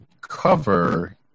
cover